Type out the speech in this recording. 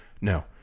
No